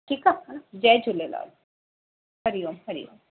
ठीकु आहे हा न जय झूलेलाल हरिओम हरिओम